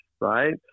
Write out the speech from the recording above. right